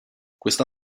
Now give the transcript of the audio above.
questa